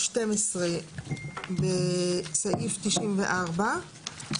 סעיף 94(ב)